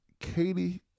Katie